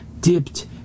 dipped